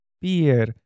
beer